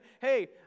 hey